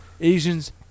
Asians